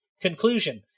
Conclusion